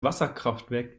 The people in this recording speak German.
wasserkraftwerk